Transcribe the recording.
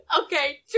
Okay